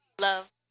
love